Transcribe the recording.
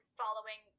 following